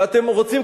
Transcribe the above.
ואתם רוצים,